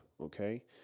okay